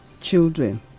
children